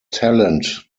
talent